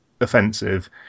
offensive